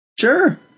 Sure